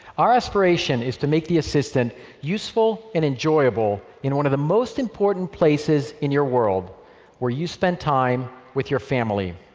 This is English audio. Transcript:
our as aspiration is to make the assistant useful and enjoyable in one of the most important places in your world where you spend time with your family.